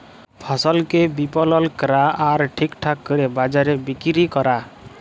ফসলকে বিপলল ক্যরা আর ঠিকঠাক দরে বাজারে বিক্কিরি ক্যরা